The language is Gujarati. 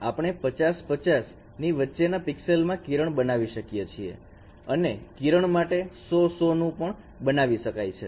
આપણે 50 50 ની વચ્ચે ના પિક્સેલસ મા કિરણ બનાવી શકીએ છીએ અને કિરણ માટે 100100 નું પણ બનાવી શકાય છે